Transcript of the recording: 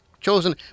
Chosen